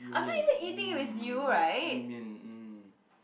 You-Mian mm You-Mian mm